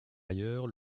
ailleurs